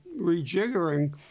rejiggering